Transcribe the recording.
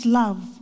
love